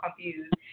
confused